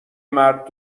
مرد